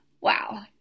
wow